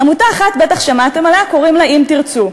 עמותה אחת בטח שמעתם עליה, קוראים לה "אם תרצו".